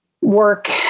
work